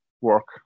work